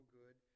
good